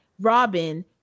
Robin